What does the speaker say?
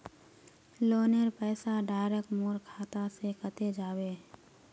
लोनेर पैसा डायरक मोर खाता से कते जाबे?